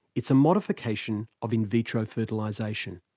it's a modification of in vitro fertilisation.